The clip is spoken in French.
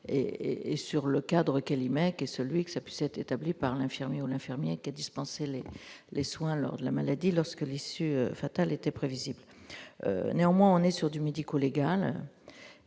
et sur le cadre Kelly mais qui est celui que ça puisse être établi par l'infirmière, l'infirmière qui a dispensé les les soins lors de la maladie lorsque l'issue fatale était prévisible, néanmoins, on est sûr du médico-légal